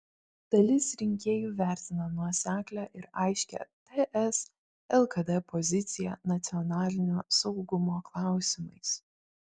dalis rinkėjų vertina nuoseklią ir aiškią ts lkd poziciją nacionalinio saugumo klausimais